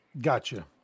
Gotcha